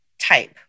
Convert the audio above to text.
type